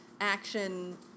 action